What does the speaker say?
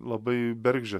labai bergždžia